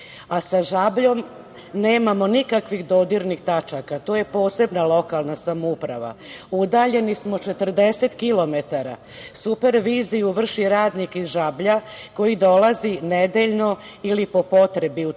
Žabljom nemamo nikakvih dodirnih tačaka, to je posebna lokalna samouprava, udaljeni smo 40 kilometara. Superviziju vrši radnik iz Žablja, koji dolazi nedeljno, ili po potrebi u Titel.